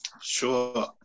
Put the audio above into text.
Sure